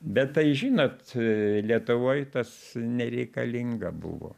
bet tai žinot lietuvoj tas nereikalinga buvo